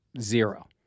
zero